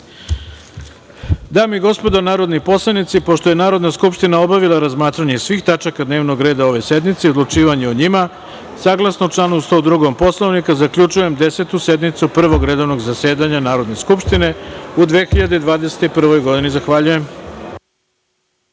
i gospodo narodni poslanici, pošto je Narodna skupština obavila razmatranje svih tačaka dnevnog reda ove sednice i odlučivanje o njima, saglasno članu 102. Poslovnika, zaključujem Desetu sednicu Prvog redovnog zasedanja Narodne skupštine u 2021. godini. Zahvaljujem.